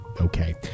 okay